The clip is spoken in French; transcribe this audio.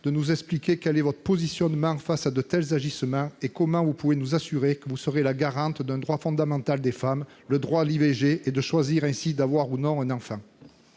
de nous expliquer quelle est votre position face à de tels agissements, comment vous pouvez nous assurer que vous serez la garante d'un droit fondamental des femmes : le droit à l'IVG, leur permettant de choisir d'avoir ou non un enfant